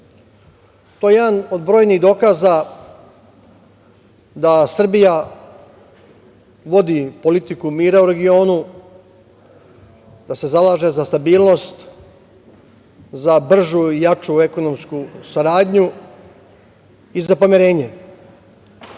je jedan od brojnih dokaza da Srbija vodi politiku mira u regionu, da se zalaže za stabilnost, za bržu i jaču ekonomsku saradnju i za pomirenje.